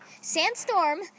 Sandstorm